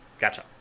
Gotcha